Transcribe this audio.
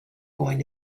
going